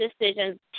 decisions